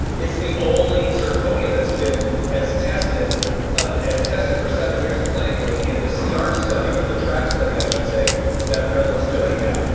it's the only zirconia that's been as tested as tested for seven years clinically in the sea art study or the track study i should say that rella is doing now.